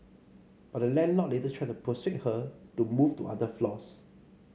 but the landlord later tried to persuade her to move to other floors